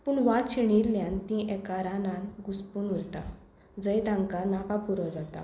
पूण वाट शेणिल्ल्यान तीं एका रानांत घुसपून उरतात जंय तांकां नाका पुरो जाता